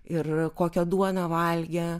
ir kokią duoną valgė